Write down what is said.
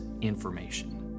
information